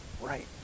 right